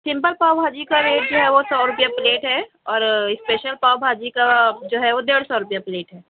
simple pav bhaji کا rate جو ہے وہ سو روپے پلیٹ ہے اور اسپیشل پاؤ بھاجی کا جو ہے وہ ڈیڑھ سو روپے پلیٹ ہے